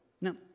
No